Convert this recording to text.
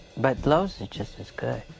but lowe's is just as good.